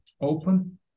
open